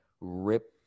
rip